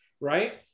right